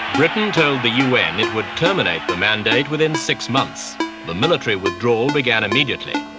britain told the un it would terminate the mandate within six months the military withdrawal began immediately.